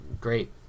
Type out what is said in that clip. great